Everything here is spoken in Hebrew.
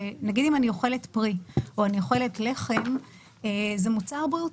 אם אני אוכלת פרי או אם אני אוכלת לחם זה מוצר בריאותי,